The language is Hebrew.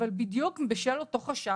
אבל בדיוק בשל אותו חשש,